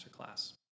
masterclass